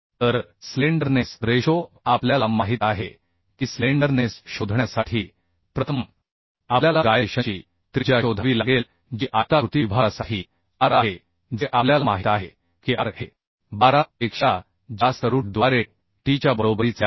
तर slenderness ratio आपल्याला माहित आहे की स्लेंडरनेस शोधण्यासाठी प्रथमआपल्याला गायरेशनची त्रिज्या शोधावी लागेल जी आयताकृती विभागासाठी r आहे जे आपल्याला माहित आहे की r हे 12 पेक्षा जास्त रूटद्वारे t च्या बरोबरीचे आहे